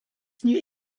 gnü